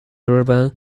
urban